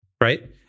right